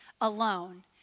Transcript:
alone